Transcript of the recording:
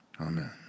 Amen